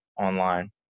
online